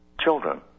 children